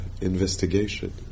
investigation